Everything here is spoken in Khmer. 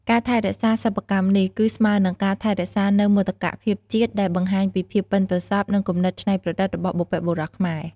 ការថែរក្សាសិប្បកម្មនេះ គឺស្មើនឹងការថែរក្សានូវមោទកភាពជាតិ ដែលបង្ហាញពីភាពប៉ិនប្រសប់ និងគំនិតច្នៃប្រឌិតរបស់បុព្វបុរសខ្មែរ។